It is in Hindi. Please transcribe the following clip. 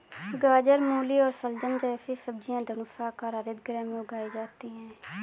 गाजर, मूली और शलजम जैसी सब्जियां धनुषाकार हरित गृह में उगाई जाती हैं